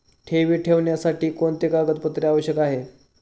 ठेवी ठेवण्यासाठी कोणते कागदपत्रे आवश्यक आहे?